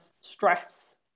stress